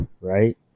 right